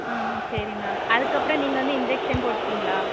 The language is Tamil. ஆ சரி மேம் அதுக்கப்புறம் நீங்கள் வந்து இன்ஜெக்ஷன் போட்டுப்பீங்களா